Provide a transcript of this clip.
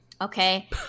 Okay